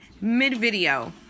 mid-video